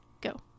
go